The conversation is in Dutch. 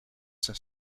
zijn